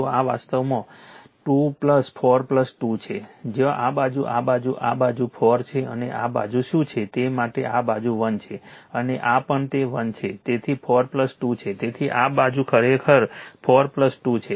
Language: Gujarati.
તો આ વાસ્તવમાં 2 4 2 છે જ્યાં આ બાજુ આ બાજુ આ બાજુ 4 છે અને આ બાજુ શું છે તેના માટે આ બાજુ 1 છે અને આ પણ 1 છે તેથી 4 2 છે તેથી આ બાજુ ખરેખર 4 2 છે